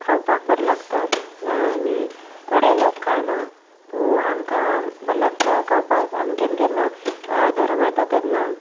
खावपाक बरें लागता आनी थोडे लोक खायना पूण आमकां बरें लागता खावपाक आमी केन्ना केन्ना धरूंक येता तेन्ना